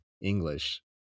English